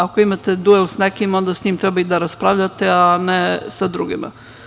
Ako imate duel sa nekim, onda sa njim treba i da raspravljate, a ne sa drugima.